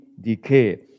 decay